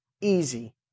easy